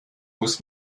muss